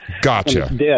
Gotcha